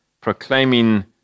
proclaiming